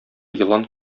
елан